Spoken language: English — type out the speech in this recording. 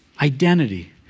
Identity